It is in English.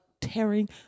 tearing